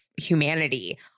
humanity